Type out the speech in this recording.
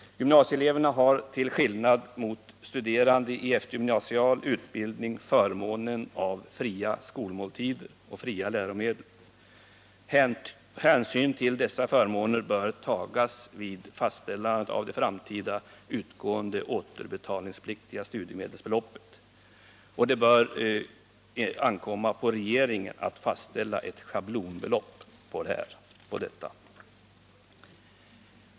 Gymnasieeleverna har till skillnad från studerande i eftergymnasial utbildning förmånen av fria skolmåltider och fria läromedel. Hänsyn till dessa förmåner bör tagas vid fastställandet av det framtida utgående återbetalningspliktiga studiemedelsbeloppet. Det bör ankomma på regeringen att fastställa ett schablonbelopp för detta.